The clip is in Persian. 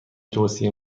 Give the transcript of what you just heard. توصیه